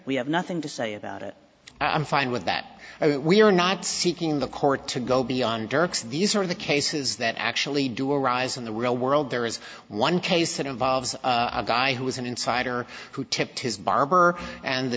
we have nothing to say about it i'm fine with that we are not seeking the court to go beyond dirk's these are the cases that actually do arise in the real world there is one case that involves a guy who is an insider who tipped his barber and the